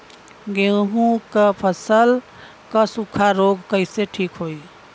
गेहूँक फसल क सूखा ऱोग कईसे ठीक होई?